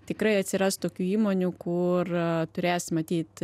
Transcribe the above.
tikrai atsiras tokių įmonių kur turės matyt